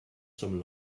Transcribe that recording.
some